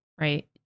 right